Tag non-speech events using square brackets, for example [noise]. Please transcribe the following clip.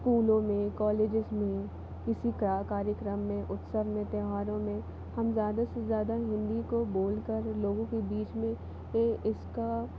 स्कूलों में कॉलेजिज़ में किसी का कार्यक्रम में उत्सव में त्यौहारों में हम ज़्यादा से ज़्यादा हिंदी को बोलकर लोगों के बीच में [unintelligible] इसका